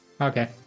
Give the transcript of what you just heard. Okay